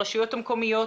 הרשויות המקומיות,